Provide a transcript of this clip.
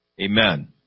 Amen